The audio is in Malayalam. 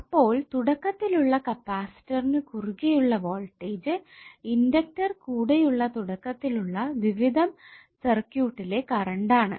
അപ്പോൾ തുടക്കത്തിലുള്ള കപ്പാസിറ്ററിനു കുറുകെ ഉള്ള വോൾടേജ് ഇൻഡക്ടർ കൂടെയുള്ള തുടക്കത്തിലുള്ള ദ്വിവിധം സർക്യൂട്ടിലെ കറണ്ട് ആണ്